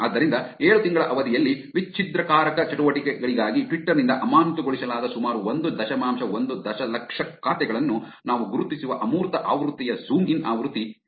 ಆದ್ದರಿಂದ ಏಳು ತಿಂಗಳ ಅವಧಿಯಲ್ಲಿ ವಿಚ್ಛಿದ್ರಕಾರಕ ಚಟುವಟಿಕೆಗಳಿಗಾಗಿ ಟ್ವಿಟರ್ ನಿಂದ ಅಮಾನತುಗೊಳಿಸಲಾದ ಸುಮಾರು ಒಂದು ದಶಮಾಂಶ ಒಂದು ದಶಲಕ್ಷ ಖಾತೆಗಳನ್ನು ನಾವು ಗುರುತಿಸುವ ಅಮೂರ್ತ ಆವೃತ್ತಿಯ ಝೂಮ್ ಇನ್ ಆವೃತ್ತಿ ಇಲ್ಲಿದೆ